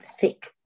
thick